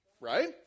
Right